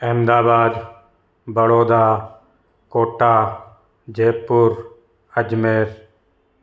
Ahmedabad Baroda Kota Jaipur Ajmer